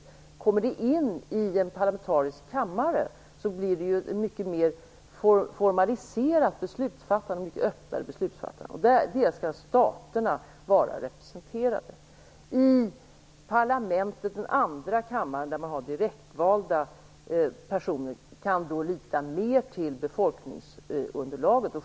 Om det kommer in i en parlamentarisk kammare blir det ett mycket mera formaliserat och öppet beslutsfattande. Där skall staterna vara representerade. Den andra kammaren är parlamentet, där det finns direktvalda personer, och kan då lita mer till befolkningsunderlaget.